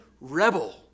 rebel